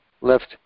left